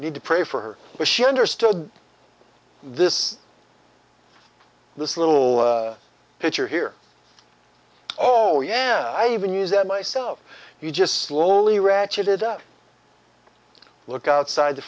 need to pray for her because she understood this this little pitcher here oh yeah i even use that myself you just slowly ratcheted up look outside the